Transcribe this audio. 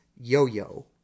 yo-yo